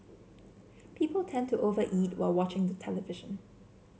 people tend to over eat while watching the television